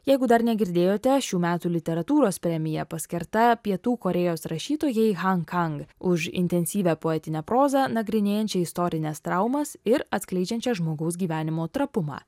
jeigu dar negirdėjote šių metų literatūros premija paskirta pietų korėjos rašytojai han kang už intensyvią poetinę prozą nagrinėjančią istorines traumas ir atskleidžiančią žmogaus gyvenimo trapumą